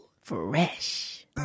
Fresh